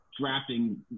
drafting